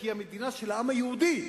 כי היא מדינה של העם היהודי.